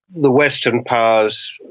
the western powers,